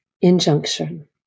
injunction